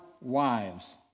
wives